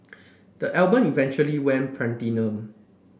the album eventually went platinum